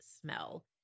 smell